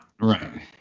Right